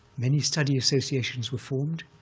many study associations were formed.